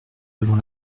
devant